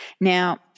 Now